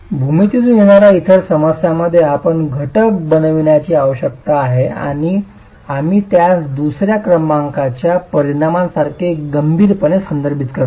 भूमितीतून येणाऱ्या इतर समस्यांमध्ये आपण घटक बनविण्याची आवश्यकता आहे आणि आम्ही त्यास दुसर्या क्रमांकाच्या परिणामासारखे गंभीरपणे संदर्भित करतो